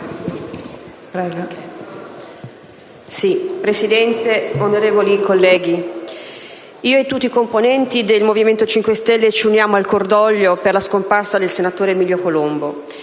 Presidente, onorevoli colleghi, io e tutti i componenti del Movimento 5 Stelle ci uniamo al cordoglio per la scomparsa del senatore Emilio Colombo